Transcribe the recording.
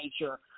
nature